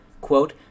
quote